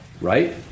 right